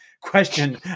question